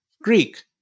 Greek